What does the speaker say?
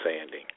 sanding